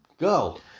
Go